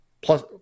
plus